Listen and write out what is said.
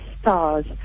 stars